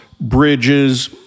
bridges